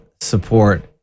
support